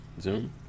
Zoom